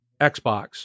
Xbox